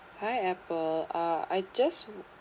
hi apple uh I just